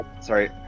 sorry